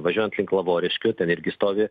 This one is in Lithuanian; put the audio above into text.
važiuojant link lavoriškių ten irgi stovi